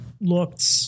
looked